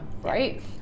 right